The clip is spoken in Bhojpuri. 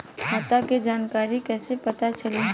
खाता के जानकारी कइसे पता चली?